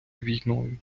війною